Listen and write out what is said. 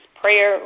prayer